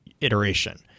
iteration